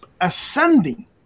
ascending